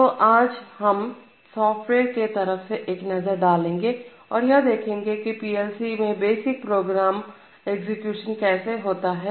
तो आज हम सॉफ्टवेयर के तरफ एक नजर डालेंगे और यह देखेंगे कि पीएलसी में बेसिक प्रोग्राम एग्जीक्यूशन कैसे होता है